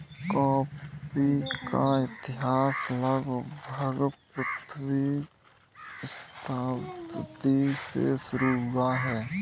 coffee का इतिहास लगभग पंद्रहवीं शताब्दी से शुरू हुआ है